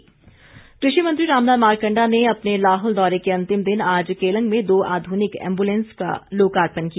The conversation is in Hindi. मारकंडा कृषि मंत्री रामलाल मारकंडा ने अपने लाहौल दौरे के अंतिम दिन आज केलंग में दो आध्निक एम्बुलेंस का लोकापर्ण किया